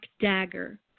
dagger